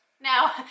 Now